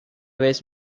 vez